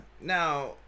now